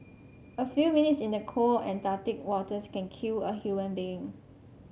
a few minutes in the cold Antarctic waters can kill a human being